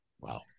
Wow